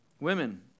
Women